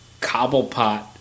Cobblepot